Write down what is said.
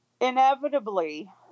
Inevitably